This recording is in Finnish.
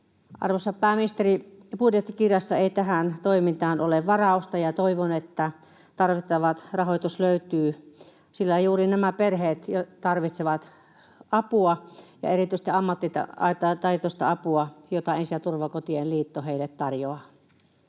Arvoisa pääministeri, budjettikirjassa ei tähän toimintaan ole varausta, ja toivon, että tarvittava rahoitus löytyy, sillä juuri nämä perheet tarvitsevat apua ja erityisesti ammattitaitoista apua, jota Ensi‑ ja turvakotien liitto heille tarjoaa.